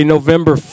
November